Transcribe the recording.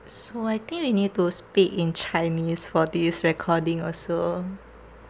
so I think we need speak in chinese for this recording also